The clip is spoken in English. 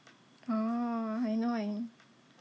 oh I know what you mean